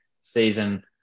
season